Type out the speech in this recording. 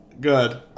Good